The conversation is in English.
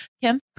Kim